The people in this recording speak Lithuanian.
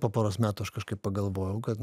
po poros metų aš kažkaip pagalvojau kad